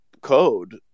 code